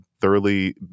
thoroughly